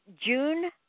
June